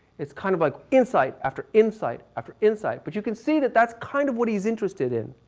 it's kind of like insight after insight after insight. but you can see that that's kind of what he's interested in.